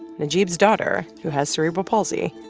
najeeb's daughter who has cerebral palsy,